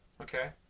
Okay